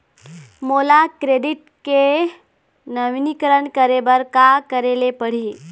मोला क्रेडिट के नवीनीकरण करे बर का करे ले पड़ही?